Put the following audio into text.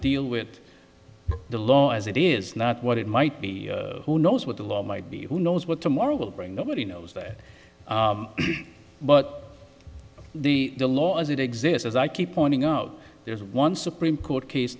deal with the law as it is not what it might be who knows what the law might be who knows what tomorrow will bring nobody knows that but the the law as it exists as i keep pointing out there's one supreme court case